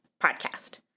podcast